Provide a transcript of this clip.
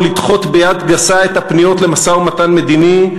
לדחות ביד גסה את הפניות למשא-ומתן מדיני,